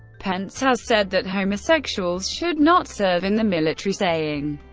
pence has said that homosexuals should not serve in the military, saying,